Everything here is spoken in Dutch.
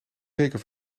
zeker